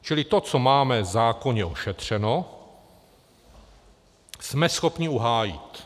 Čili to, co máme v zákoně ošetřeno, jsme schopni uhájit.